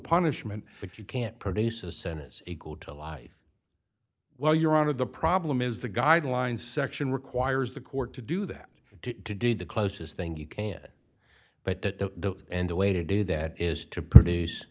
punishment if you can't produce a senate equal to life while you're out of the problem is the guideline section requires the court to do that did the closest thing you can but at the end the way to do that is to produce